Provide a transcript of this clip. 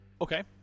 Okay